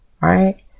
right